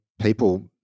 people